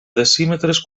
decímetres